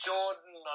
Jordan